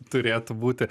turėtų būti